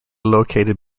located